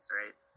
right